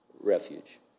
refuge